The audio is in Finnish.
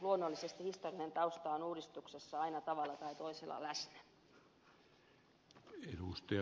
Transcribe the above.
luonnollisesti historiallinen tausta on uudistuksessa aina tavalla tai toisella läsnä